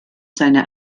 seine